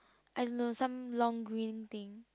I don't know some long green thing